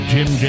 Jim